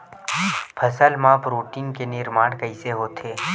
फसल मा प्रोटीन के निर्माण कइसे होथे?